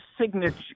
signature